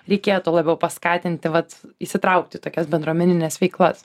reikėtų labiau paskatinti vat įsitraukti į tokias bendruomenines veiklas